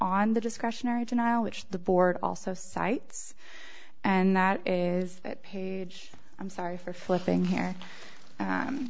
on the discretionary denial which the board also cites and that is that page i'm sorry for flipping here